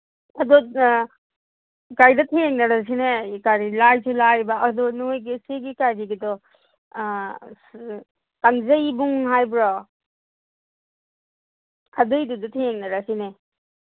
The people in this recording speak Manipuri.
ꯑꯗꯨ ꯀꯔꯤꯗ ꯊꯦꯡꯅꯔꯁꯤꯅꯦ ꯀꯔꯤ ꯂꯥꯏꯁꯨ ꯂꯥꯏꯕ ꯑꯗꯣ ꯅꯣꯏꯒꯤ ꯁꯤꯒꯤ ꯀꯔꯤꯒꯤꯗꯣ ꯀꯥꯡꯖꯩꯕꯨꯡ ꯍꯥꯏꯕ꯭ꯔꯣ ꯑꯗꯨꯏꯗꯨꯗ ꯊꯦꯡꯅꯔꯁꯤꯅꯦ